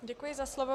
Děkuji za slovo.